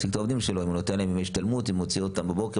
את העובדים שלו אם הוא נותן להם השתלמות אם מוציא אותם בבוקר,